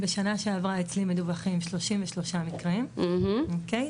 בשנה שעברה אצלי מדווחים 33 מקרים, אוקיי?